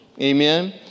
Amen